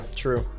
true